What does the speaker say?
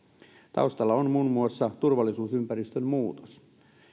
taustalla on muun muassa turvallisuusympäristön muutos